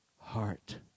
heart